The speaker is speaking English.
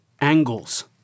angles